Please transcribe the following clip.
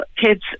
kids